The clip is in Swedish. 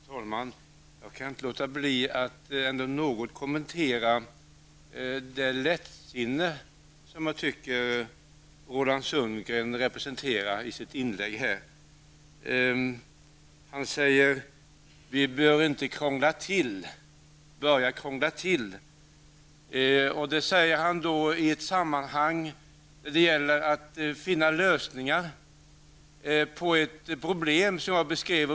Herr talman! Jag kan inte låta bli att något kommentera det lättsinne som jag tycker att Roland Sundgren representerar i sitt inlägg här. Han säger att vi inte bör börja krångla till det, och det säger han i ett sammanhang där det gäller att finna lösningar på ett problem som jag beskrev.